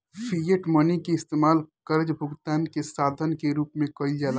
fiat money के इस्तमाल कर्जा भुगतान के साधन के रूप में कईल जाला